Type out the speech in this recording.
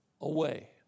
away